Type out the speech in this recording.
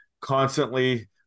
constantly